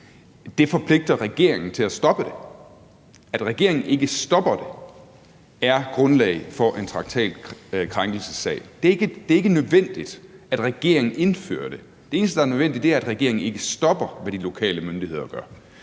EU, forpligter regeringen til at stoppe det. At regeringen ikke stopper det, er grundlag for en traktatkrænkelsessag. Det er ikke nødvendigt, at regeringen indfører det; det eneste, der er nødvendigt, er det, at regeringen ikke stopper, hvad de lokale myndigheder gør.